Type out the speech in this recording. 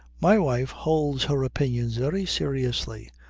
my wife holds her opinions very seriously,